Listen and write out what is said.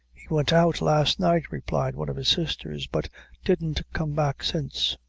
he went out last night, replied one of his sisters, but didn't come back since.